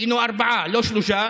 היינו ארבעה, לא שלושה,